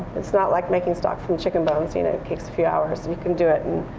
it's not like making stock from chicken bones, you know, it takes a few hours. and you can do it in